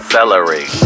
Celery